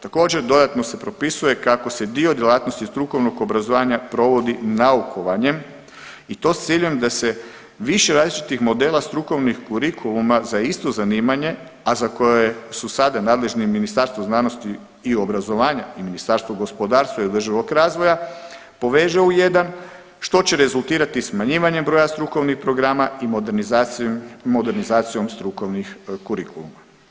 Također dodatno se propisuje kako se dio djelatnosti iz strukovnog obrazovanja provodi naukovanjem i to s ciljem da se više različitih modela strukovnih kurikuluma za isto zanimanje a za koje su sada nadležni Ministarstvo znanosti i obrazovanja i Ministarstvo gospodarstva i održivog razvoja poveže u jedan što će rezultirati smanjivanjem broja strukovnih programa i modernizacijom strukovnih kurikuluma.